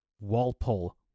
Walpole